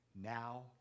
now